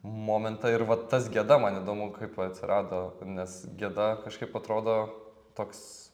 momentą ir va tas geda man įdomu kaip va atsirado nes geda kažkaip atrodo toks